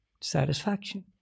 satisfaction